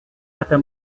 ada